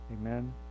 Amen